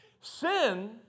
Sin